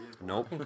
Nope